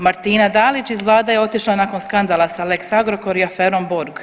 Martina Dalić iz vlade je otišla nakon skandala sa lex Agrokor i aferom Borg.